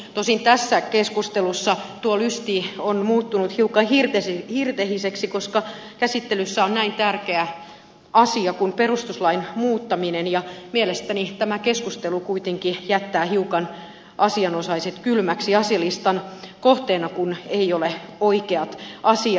tosin tässä keskustelussa tuo lysti on muuttunut hiukan hirtehiseksi koska käsittelyssä on näin tärkeä asia kuin perustuslain muuttaminen ja mielestäni tämä keskustelu kuitenkin jättää asianosaiset hiukan kylmäksi asialistan kohteena kun eivät ole oikeat asiat